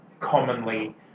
commonly